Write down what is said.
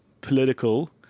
political